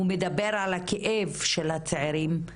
הוא מדבר על הכאב של הצעירים.